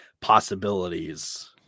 possibilities